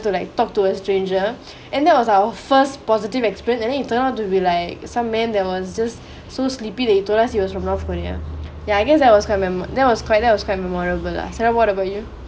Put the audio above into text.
to like talk to a stranger and that was our first positive experience and then it turn out to be like some man that was just so sleepy that he told us he was from north korea yeah I guess that was quite memo that was quite that was quite memorable lah sara what about you